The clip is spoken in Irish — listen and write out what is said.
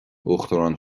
uachtarán